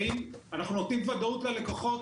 האם אנחנו נותנים ודאות ללקוחות,